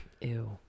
Ew